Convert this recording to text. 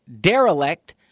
derelict